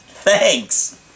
Thanks